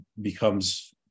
becomes